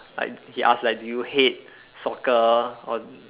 like he ask like do you hate soccer or